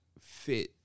fit